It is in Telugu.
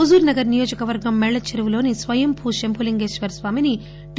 హుజుర్ నగర్ నియోజకవర్గం మేళ్ల చెరువులోని స్వయంభూ శంభులింగేశ్వరస్వామిని టి